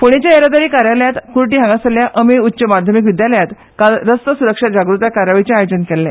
फोंडेंच्या येरादारी कार्यालयान कुर्टी हांगासरल्या अमेय उच्च माध्यमीक विद्यालयांत आयज रस्तो सुरक्षा जागृताय कार्यावळीचे आयोजन केल्ले